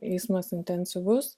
eismas intensyvus